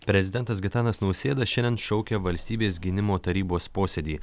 prezidentas gitanas nausėda šiandien šaukia valstybės gynimo tarybos posėdį